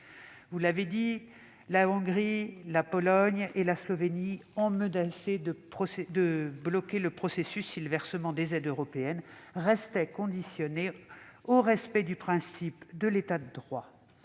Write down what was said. Vous l'avez dit, la Hongrie, la Pologne et la Slovénie ont menacé de bloquer le processus si le versement des aides européennes restait conditionné au respect du principe de l'État de droit.